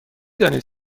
دانید